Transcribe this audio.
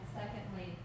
secondly